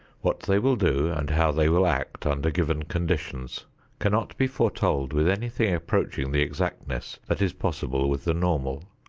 what they will do and how they will act under given conditions cannot be foretold with anything approaching the exactness that is possible with the normal.